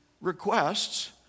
requests